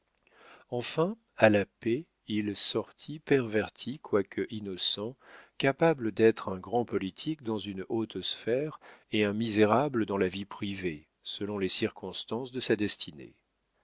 enfin à la paix il sortit perverti quoique innocent capable d'être un grand politique dans une haute sphère et un misérable dans la vie privée selon les circonstances de sa destinée